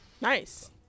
Nice